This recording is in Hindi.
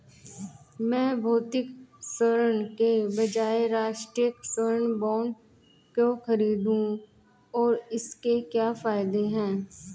मैं भौतिक स्वर्ण के बजाय राष्ट्रिक स्वर्ण बॉन्ड क्यों खरीदूं और इसके क्या फायदे हैं?